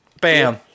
Bam